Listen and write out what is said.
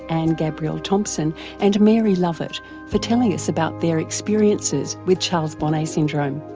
and anne-gabrielle thompson and mary lovett for telling us about their experiences with charles bonnet syndrome.